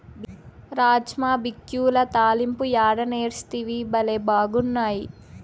రాజ్మా బిక్యుల తాలింపు యాడ నేర్సితివి, బళ్లే బాగున్నాయి